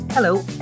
Hello